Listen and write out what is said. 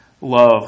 love